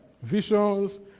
visions